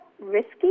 risky